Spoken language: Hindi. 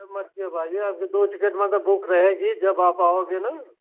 जब मर्जी तब आइए आपकी दो टिकट मतलब बुक रहेगी जब आप आओगे ना